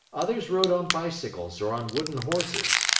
others rode on bicycles or on wooden horses.